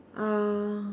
uh